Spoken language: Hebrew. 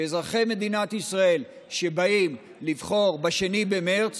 שאזרחי מדינת ישראל שבאים לבחור ב-2 במרץ